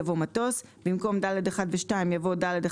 יבוא "מטוס"; במקום "ד(1) ו- (2)" יבוא "ד(1),